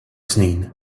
snin